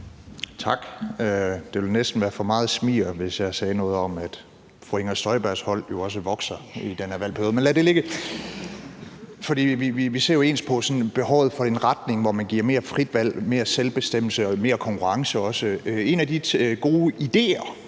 Tak. Det vil næsten være for meget smiger, hvis jeg sagde noget om, at fru Inger Støjbergs hold jo også vokser i den her valgperiode, men lad det ligge. For vi ser jo ens på sådan behovet for en retning, hvor man giver frit valg og mere selvbestemmelse og også mere konkurrence. Og en af de gode idéer,